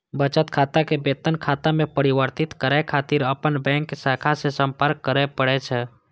बचत खाता कें वेतन खाता मे परिवर्तित करै खातिर अपन बैंक शाखा सं संपर्क करय पड़ै छै